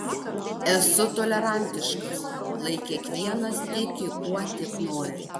esu tolerantiškas lai kiekvienas tiki kuo tik nori